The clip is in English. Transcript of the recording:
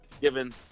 given